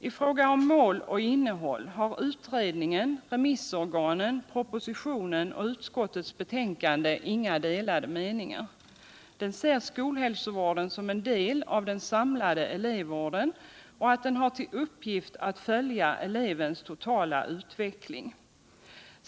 I fråga om mål och innehåll har utredningen, remissorganen, propositionen och utskottets betänkande inga delade meningar. Man ser skolhälsovården som en del av den samlade elev vården och som en verksamhet, vilken har vill uppgift att följa elevens totala utveckling.